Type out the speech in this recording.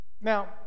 now